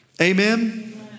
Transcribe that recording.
amen